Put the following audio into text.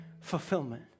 fulfillment